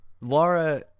Laura